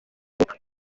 ubukwe